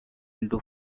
into